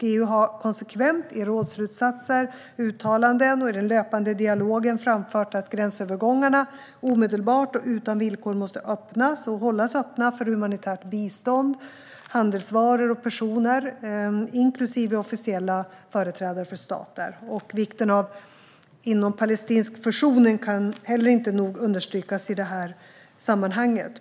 EU har konsekvent i rådsslutsatser, uttalanden och den löpande dialogen framfört att gränsövergångarna omedelbart och utan villkor måste öppnas och hållas öppna för humanitärt bistånd, handelsvaror och personer inklusive officiella företrädare för stater. Vikten av inompalestinsk försoning kan inte heller nog understrykas i sammanhanget.